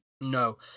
No